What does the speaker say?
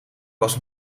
was